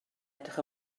edrych